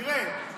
תראה,